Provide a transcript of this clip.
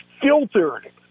filtered